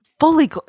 fully